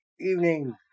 evening